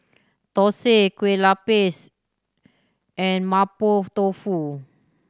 thosai Kueh Lupis and Mapo Tofu